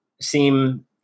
seem